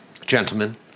Gentlemen